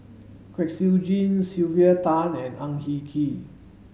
Kwek Siew Jin Sylvia Tan and Ang Hin Kee